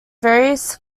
various